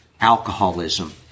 alcoholism